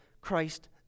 Christ